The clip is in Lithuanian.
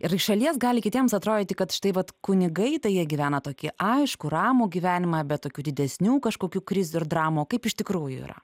ir iš šalies gali kitiems atrodyti kad štai vat kunigai tai jie gyvena tokį aiškų ramų gyvenimą be tokių didesnių kažkokių krizių ir dramų o kaip iš tikrųjų yra